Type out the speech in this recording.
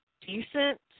decent